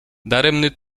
daremny